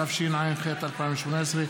התשע"ח 2018,